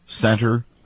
center